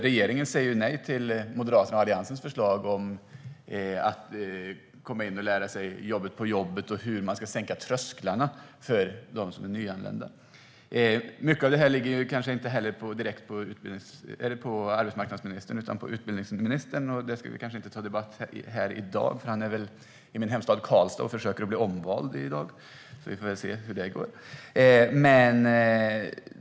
Regeringen säger ju nej till Moderaternas och Alliansens förslag om att man ska kunna lära sig jobbet på jobbet och om hur man ska sänka trösklarna för de nyanlända. Mycket av det här ligger kanske inte heller direkt på arbetsmarknadsministern, utan på utbildningsministern, och det ska vi nog inte debattera här i dag, för han är väl i min hemstad Karlstad och försöker bli omvald i dag. Vi får se hur det går.